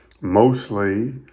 mostly